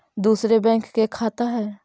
दुसरे बैंक के खाता हैं?